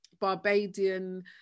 Barbadian